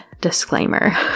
disclaimer